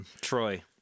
Troy